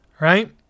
Right